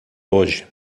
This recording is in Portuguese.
hoje